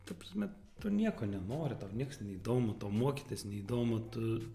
ta prasme tu nieko nenori tau nieks neįdomu to mokytis neįdomu tu